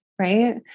right